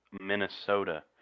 minnesota